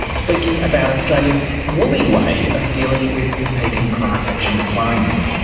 speaking about australia's woolly way of dealing with competing class action claims.